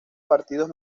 partidos